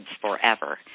forever